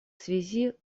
связи